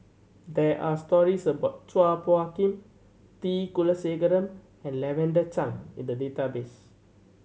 there are stories about Chua Phung Kim T Kulasekaram and Lavender Chang in the database